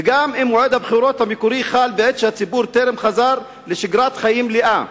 וגם אם מועד הבחירות המקורי חל בעת שהציבור טרם חזר לשגרת חיים מלאה,